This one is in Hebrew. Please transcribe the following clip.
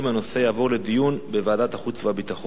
הנושא יעבור לדיון בוועדת החוץ והביטחון.